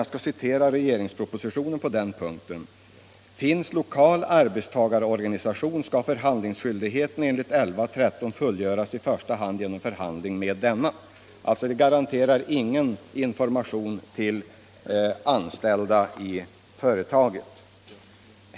Jag skall citera propositionen: ”Finns lokal arbetstagarorganisation, skall förhandlingsskyldigheten enligt 11-13 §§ fullgöras i första hand genom förhandling med denna.” Det garanterar ingen information till anställda i företaget.